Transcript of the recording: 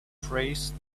phrase